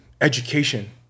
education